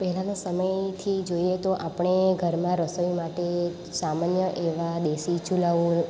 પહેલાના સમયથી જોઈએ તો આપણે ઘરમાં રસોઈ માટે સામાન્ય એવા દેશી ચૂલાઓ